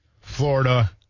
Florida